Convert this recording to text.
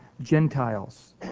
Gentiles